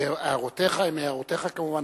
הערותיך הן הערותיך כמובן,